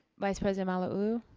vice president malauulu.